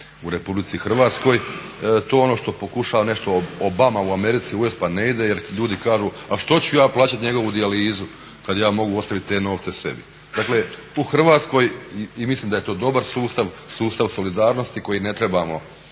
u Republici Hrvatskoj. To je ono što pokušava nešto Obama u Americi uvesti pa ne ide, jer ljudi kažu a što ću ja plaćati njegovu dijalizu kad ja mogu ostavit te novce sebi. Dakle, u Hrvatskoj i mislim da je to dobar sustav, sustav solidarnosti koji ne trebamo